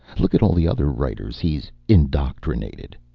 look at all the other writers he's indoctrinated.